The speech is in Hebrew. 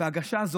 המשפחות גדולות,